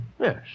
Yes